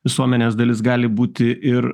visuomenės dalis gali būti ir